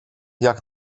jak